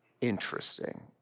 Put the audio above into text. interesting